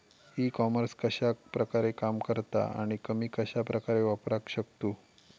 E commerce कश्या प्रकारे काम करता आणि आमी कश्या प्रकारे वापराक शकतू?